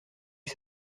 que